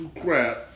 crap